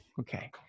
Okay